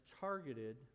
targeted